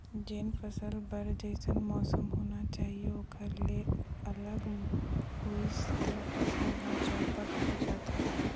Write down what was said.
जेन फसल बर जइसन मउसम होना चाही ओखर ले अलगे होइस त फसल ह चउपट हो जाथे